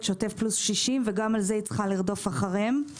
שוטף פלוס 60 וגם על זה צריכה לרדוף אחריהם.